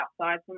outside